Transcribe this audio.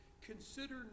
consider